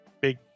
big